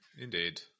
Indeed